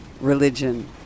religion